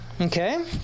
okay